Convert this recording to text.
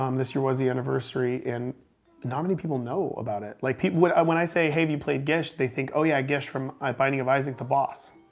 um this year was the anniversary, and not many people know about it. like people, when i when i say, hey, have you played gish, they think oh yeah, gish from binding of isaac, the boss.